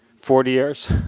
forty years?